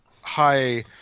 high